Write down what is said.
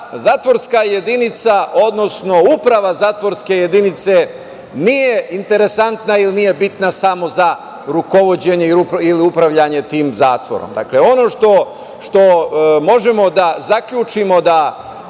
zatvorska jedinica, odnosno Uprava zatvorske jedinice nije interesantna ili nije bitna samo za rukovođenje ili upravljanje tim zatvorom. Dakle, ono što možemo da zaključimo, da